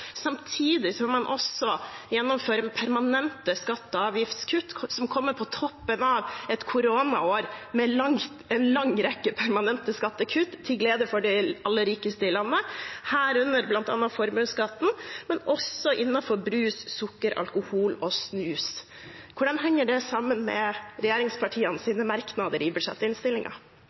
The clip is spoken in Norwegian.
Samtidig gjennomfører man permanente skatte- og avgiftskutt som kommer på toppen av et koronaår med en lang rekke permanente skattekutt til glede for de aller rikeste i landet, herunder bl.a. formuesskatten, men også innenfor brus, sukker, alkohol og snus. Hvordan henger det sammen med regjeringspartienes merknader i